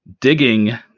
digging